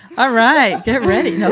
ah right. get ready.